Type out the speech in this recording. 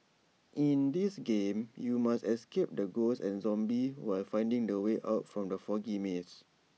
in this game you must escape from ghosts and zombies while finding the way out from the foggy maze